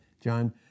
John